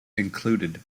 included